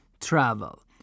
travel